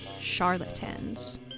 Charlatans